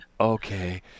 okay